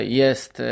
jest